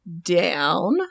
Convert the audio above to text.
down